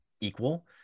equal